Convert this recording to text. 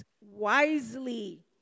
wisely